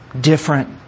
different